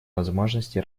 возможности